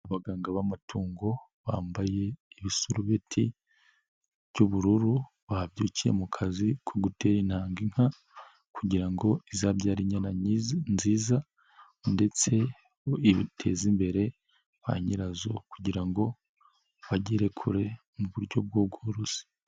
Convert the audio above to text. Abaganga b'amatungo, bambaye ibisurubeti by'ubururu, babyukiye mu kazi ko gutera intanga inka kugira ngo izabyara inyana nziza ndetse biteze imbere ba nyirazo kugira ngo bagere kure mu buryo bworoshye.